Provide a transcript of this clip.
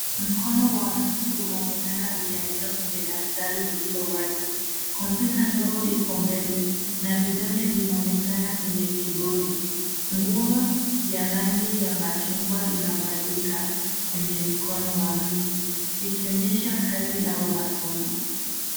Mkono wa mtu unaoonekana ukiandika kwenye daftari ililowazi, kompyuta ndogo iko mbele na vidole vinaonekana kwenye kibodi, nguo ya rangi ya machungwa inavalika kwenye mikono wa mtu , ikionyesha kazi au masomo.